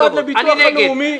לביטוח לאומי?